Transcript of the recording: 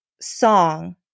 song